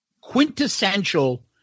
quintessential